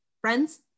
friends